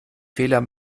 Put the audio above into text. fehler